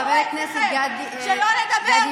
חבר הכנסת גדי יברקן,